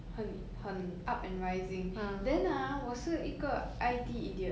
很很 up and rising then ah 我是一个 I_T idiot